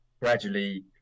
gradually